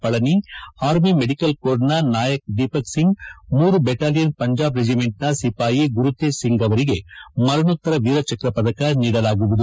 Palani army medical corps Naik Deepak Singh ಮೂರು battalion Punjab ರೆಜಿಮೆಂಟ್ನ ಸಿಪಾಯಿ ಗುರುತೇಜ್ ಸಿಂಗ್ ಅವರಿಗೆ ಮರಣೋತ್ತರ ವೀರಚಕ್ರ ಪದಕ ನೀಡಲಾಗುವುದು